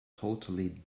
totally